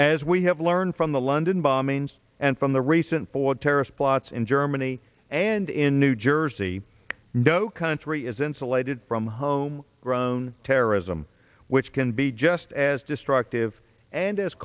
as we have learned from the london bombings and from the recent foiled terrorist plots in germany and in new jersey no country is insulated from home grown terrorism which can be just as destructive and as